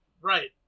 Right